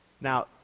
Now